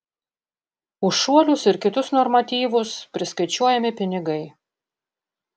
už šuolius ir kitus normatyvus priskaičiuojami pinigai